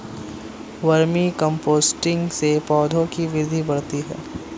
vermi composting से पौधों की वृद्धि बढ़ती है